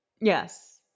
Yes